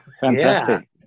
Fantastic